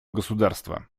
государства